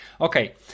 Okay